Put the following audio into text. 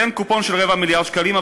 תן קופון של רבע מיליארד שקלים,